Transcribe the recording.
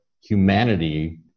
humanity